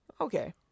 Okay